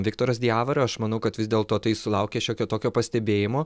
viktoras diavara aš manau kad vis dėlto tai sulaukė šiokio tokio pastebėjimo